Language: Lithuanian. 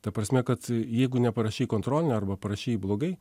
ta prasme kad jeigu neparašei kontrolinio arba parašyti blogai